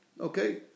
Okay